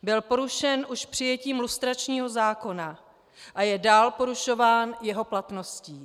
Byl porušen už přijetím lustračního zákona a je dál porušován jeho platností.